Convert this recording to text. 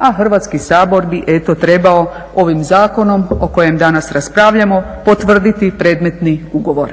a Hrvatski sabor bi trebao ovim zakonom o kojem danas raspravljamo potvrditi predmetni ugovor.